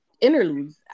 interludes